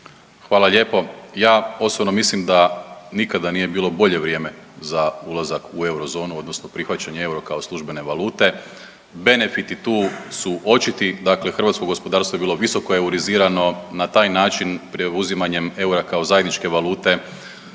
Hvala lijepo. Ja osobno mislim da nikada nije bilo bolje vrijeme za ulazak u eurozonu odnosno prihvaćanje eura kao službene valute. Benefiti tu su očiti, dakle hrvatsko gospodarstvo je bilo visoko eurizirano. Na taj način preuzimanjem eura kao zajedničke valute